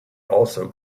also